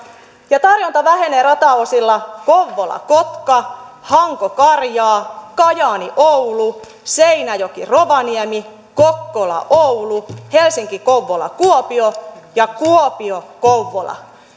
ja tarjonta vähenee rataosilla kouvola kotka hanko karjaa kajaani oulu seinäjoki rovaniemi kokkola oulu helsinki kouvola kuopio ja kuopio kouvola